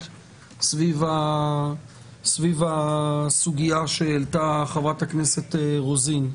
סביב הסוגיה שהעלתה חברת הכנסת רוזין.